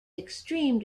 extreme